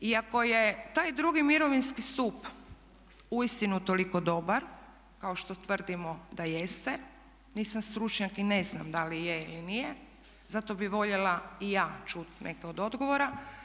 Iako je taj drugi mirovinski stup uistinu toliko dobar kao što tvrdimo da jeste, nisam stručnjak i ne znam da li je ili nije, zato bih voljela i ja čuti neke od odgovora.